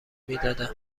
میدادن